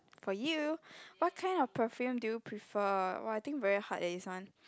for you what kind of perfume do you prefer but I think very hard that is one